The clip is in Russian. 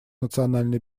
национальной